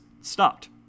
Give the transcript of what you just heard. stopped